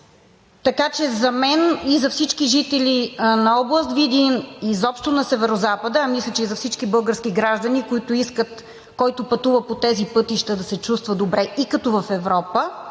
Така за мен и за всички жители на област Видин, изобщо на Северозапада, а мисля, че и за всички български граждани, които искат, който пътува по тези пътища, да се чувства добре и като в Европа,